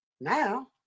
now